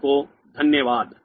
आपको धन्यवाद